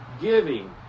giving